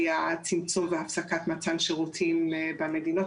היה צמצום והפסקת מתן שירותים במדינות